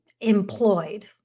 employed